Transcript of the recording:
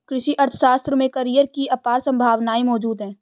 कृषि अर्थशास्त्र में करियर की अपार संभावनाएं मौजूद है